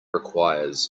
requires